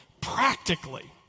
practically